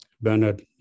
Bernard